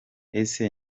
ese